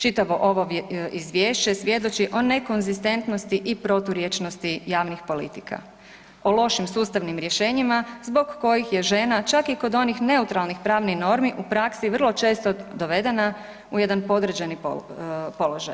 Čitavo ovo izvješće svjedoči o nekonzistentnosti i proturječnosti javnih politika, o lošim sustavnim rješenjima zbog kojih je žena, čak i kod onih neutralnih pravnih normi, u praksi vrlo često dovedena u jedan podređeni položaj.